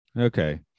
Okay